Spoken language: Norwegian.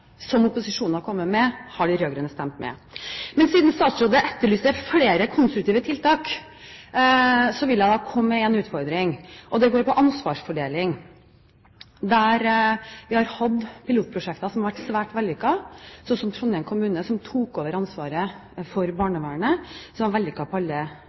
som opposisjonen har kommet med, har de rød-grønne stemt ned. Men siden statsråden etterlyser flere konstruktive tiltak, vil jeg komme med en utfordring, og den går på ansvarsfordeling. Vi har hatt pilotprosjekter som har vært svært vellykket, slik som i Trondheim kommune, som tok over ansvaret for barnevernet, som har vært vellykket på alle